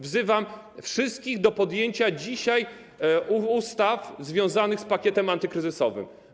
Wzywam wszystkich do przyjęcia dzisiaj ustaw związanych z pakietem antykryzysowym.